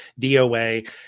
DOA